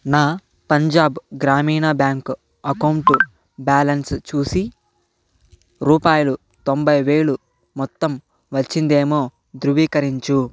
నా Punjab Gramin bank account balance చూసి రూపాయలు తొంభై వేలు మొత్తం వచ్చిందేమో ధృవీకరించు